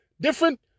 different